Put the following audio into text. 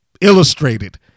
illustrated